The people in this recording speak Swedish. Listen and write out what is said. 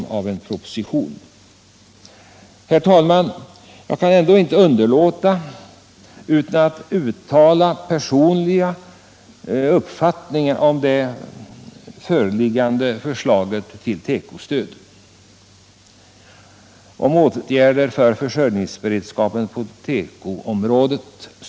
Jag kan emellertid, herr talman, inte underlåta att uttala min personliga uppfattning om det föreliggande, av handelsministern signerade, förslaget om åtgärder för att trygga försörjningsberedskapen på tekoområdet.